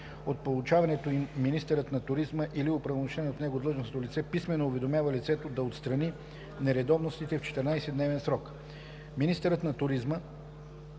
от получаването им министърът на туризма или оправомощено от него длъжностно лице писмено уведомява лицето да отстрани нередовностите в 14-дневен срок. (6) Министърът на туризма